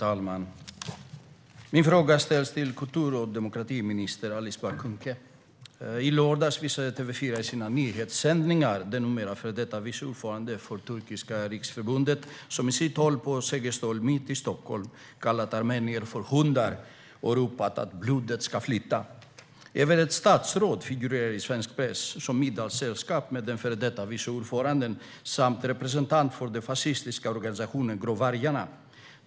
Herr talman! Min fråga ställer jag till kultur och demokratiminister Alice Bah Kuhnke. I lördags visade TV4 i sina nyhetssändningar den numera före detta vice ordföranden för Turkiska riksförbundet, som i sitt tal på Sergels torg mitt i Stockholm kallade armenier för hundar och ropade att blodet ska flyta. Även ett statsråd figurerar i svensk press som middagssällskap till den före detta ordföranden samt till en representant för den fascistiska organisationen Grå vargarna.